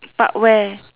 but where